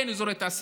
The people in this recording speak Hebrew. אין אזורי תעשייה.